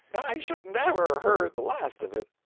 i shouldn't ever heard the last of it.